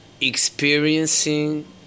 experiencing